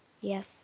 Yes